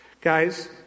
Guys